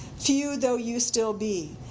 few though you still be!